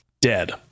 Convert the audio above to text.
dead